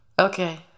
Okay